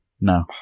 No